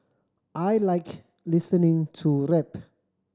I like listening to rap